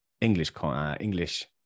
English